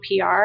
PR